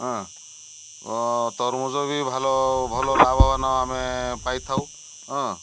ହଁ ତରଭୁଜ ବି ଭଲ ଭଲ ଲାଭବାନ ଆମେ ପାଇଥାଉ ହଁ